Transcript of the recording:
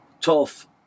tough